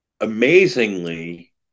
amazingly